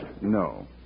No